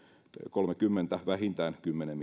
kolmekymmentä vähintään kymmenen